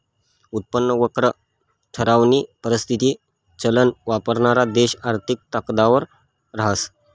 उत्पन्न वक्र ठरावानी परिस्थिती चलन वापरणारा देश आर्थिक ताकदवर रहास